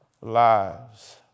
lives